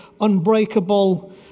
unbreakable